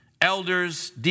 Elders